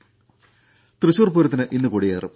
ദേദ തൃശൂർപൂരത്തിന് ഇന്ന് കൊടിയേറും